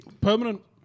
Permanent